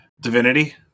Divinity